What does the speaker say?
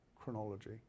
chronology